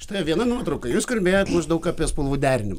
štai viena nuotrauka jūs kalbėjot maždaug apie spalvų derininimą